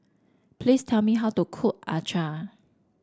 please tell me how to cook Acar